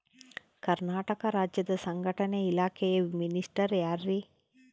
ಕರ್ನಾಟಕ ರಾಜ್ಯದ ಸಂಘಟನೆ ಇಲಾಖೆಯ ಮಿನಿಸ್ಟರ್ ಯಾರ್ರಿ?